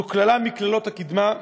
זו קללה מקללות הקדמה,